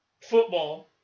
Football